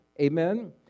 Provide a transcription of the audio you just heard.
Amen